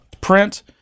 print